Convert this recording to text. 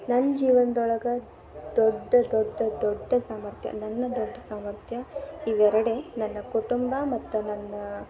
ನನ್ನ ಜೀವನ್ದೊಳಗೆ ದೊಡ್ಡ ದೊಡ್ಡ ದೊಡ್ಡ ಸಾಮರ್ಥ್ಯ ನನ್ನ ದೊಡ್ಡ ಸಾಮರ್ಥ್ಯ ಇವೆರಡೇ ನನ್ನ ಕುಟುಂಬ ಮತ್ತು ನನ್ನ